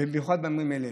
במיוחד בימים אלה